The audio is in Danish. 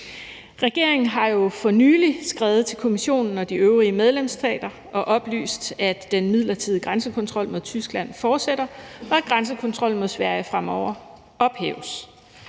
Regeringen har jo for nylig skrevet til Kommissionen og de øvrige medlemsstater og oplyst, at den midlertidige grænsekontrol mod Tyskland fortsætter, og at grænsekontrollen mod Sverige fremover ophæves.